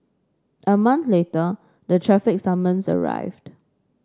a month later the traffic summons arrived